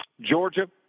Georgia